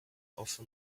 offer